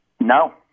No